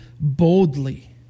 boldly